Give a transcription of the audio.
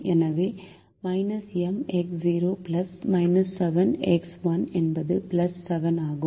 எனவே 7 x 1 என்பது 7 ஆகும்